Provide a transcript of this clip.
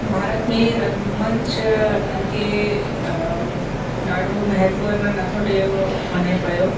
भारत में रंगमंच खे ॾाढो महत्व अञा नथो ॾियो वञे पियो